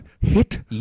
hit